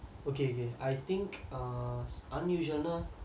okay okay I think err unusual னா:naa